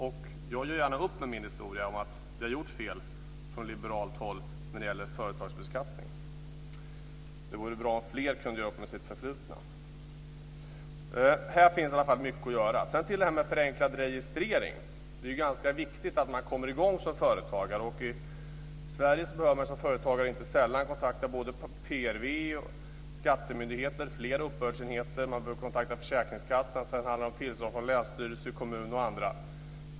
Och jag gör gärna upp med min historia i fråga om att vi har gjort fel från liberalt håll när det gäller företagsbeskattning. Det vore bra om fler kunde göra upp med sitt förflutna. Här finns det mycket att göra. Sedan till frågan om förenklad registrering. Det är viktigt att komma i gång som företagare. I Sverige behöver en företagare inte sällan kontakta flera myndigheter - PRV, skattemyndigheter, flera uppbördsenheter, försäkringskassan, länsstyrelse, kommun och andra.